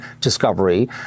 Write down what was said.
discovery